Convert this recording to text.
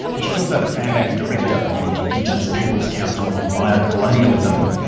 and she's also the founder and director of the indigenous people's council on bio-colonialism.